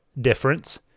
difference